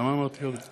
למה אמרתי ירדנה?